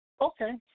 okay